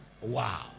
Wow